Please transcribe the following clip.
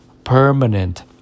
permanent